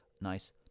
nice